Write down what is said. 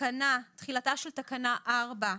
תחילתה של תקנה (4)